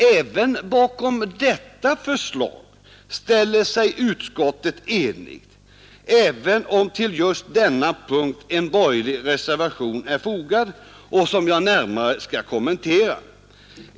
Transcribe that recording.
Också bakom detta förslag ställer sig utskottet enigt, även om till just denna punkt en borgerlig reservation är fogad, som jag närmare skall kommentera.